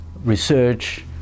research